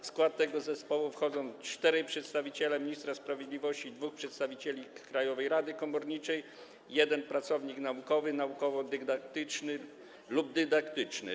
W skład tego zespołu wchodzą czterej przedstawiciele ministra sprawiedliwości, dwóch przedstawicieli Krajowej Rady Komorniczej i jeden pracownik naukowy, naukowo-dydaktyczny lub dydaktyczny.